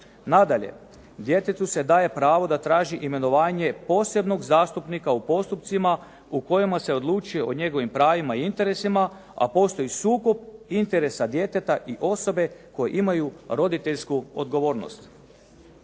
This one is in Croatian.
Nadalje, djetetu se daje pravo da traži imenovanje posebnog zastupnika u postupcima u kojima se odlučuje o njegovim pravima i interesima, a postoji sukob interesa djeteta i osobe koje imaju roditeljsku odgovornost.